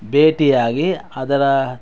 ಭೇಟಿಯಾಗಿ ಅದರ